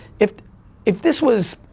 if if this was,